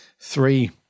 three